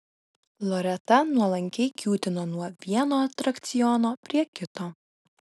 loreta nuolankiai kiūtino nuo vieno atrakciono prie kito